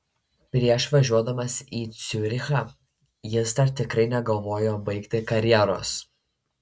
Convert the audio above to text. prieš važiuodamas į ciurichą jis dar tikrai negalvojo baigti karjeros